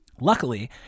luckily